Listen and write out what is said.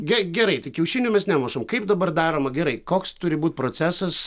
ge gerai tai kiaušinių mes nemušam kaip dabar daroma gerai koks turi būt procesas